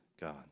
God